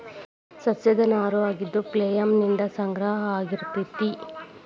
ಸಸ್ಯದ ನಾರು ಆಗಿದ್ದು ಪ್ಲೋಯಮ್ ನಿಂದ ಸಂಗ್ರಹ ಆಗಿರತತಿ